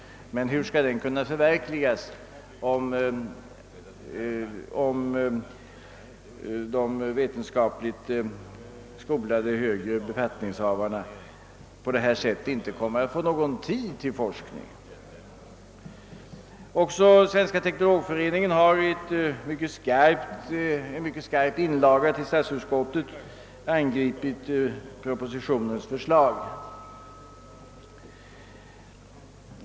Men hur skall den kunna förverkligas om de vetenskapligt skolade högre befattningshavarna på detta sätt inte kommer att få någon tid över till forskning? Även Svenska Teknologföreningen har i en mycket skarp inlaga till statsutskottet angripit propositionens förslag.